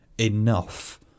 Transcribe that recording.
enough